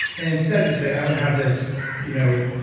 and instead, you say, i'm going to have this you know